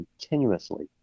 continuously